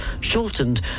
shortened